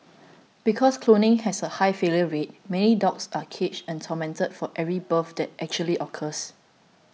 because cloning has a high failure rate many dogs are caged and tormented for every birth that actually occurs